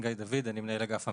אני מכהן כמנהל אגף המשמעת.